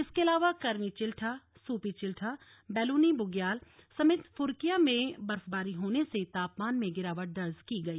इसके अलावा कर्मी चिल्ठा सूपी चिल्ठा बैलूनी बुग्याल समेत फुरकिया में बर्फबारी होने से तापमान में गिरावट दर्ज की गई